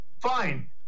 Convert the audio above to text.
fine